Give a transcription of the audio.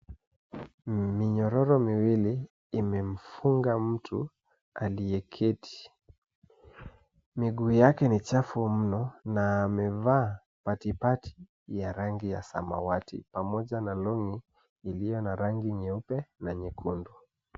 Minyororo miwili imefunag mtu aliyeketi. Miguu yake ni chafu mno na amevaa patipati ya rangi ya samawati pamoja na longi iliyo na rangi nyeupe na nyekundu.